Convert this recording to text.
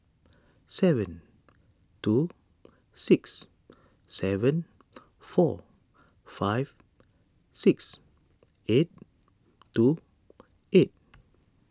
seven two six seven four five six eight two eight